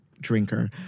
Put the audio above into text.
drinker